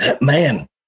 man